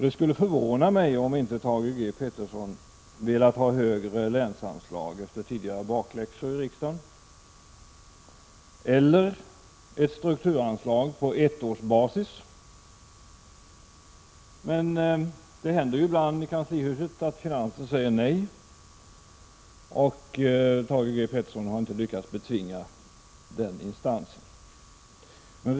Det skulle förvåna mig om inte Thage G. Peterson velat ha högre länsanslag efter tidigare bakläxor i riksdagen eller ett strukturanslag på ett års basis. Men det händer ibland i regeringskansliet att finansen säger nej och Thage G. Peterson inte lyckas betvinga den instansen.